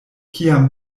kiam